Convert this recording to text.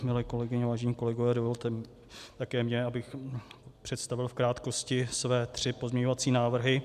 Milé kolegyně, vážení kolegové, dovolte také mně, abych představil v krátkosti své tři pozměňovací návrhy.